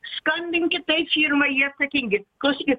skambinkit tai firmai jie atsakingi klausykit